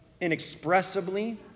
inexpressibly